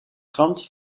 krant